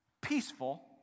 Peaceful